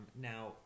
Now